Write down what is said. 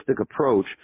approach